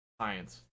Science